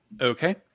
Okay